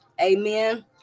amen